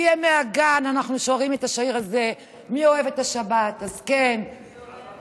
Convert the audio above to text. מימי הגן אנחנו שרים את השיר הזה: "מי אוהב את השבת?" "מי אוהב את השבת?